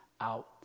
out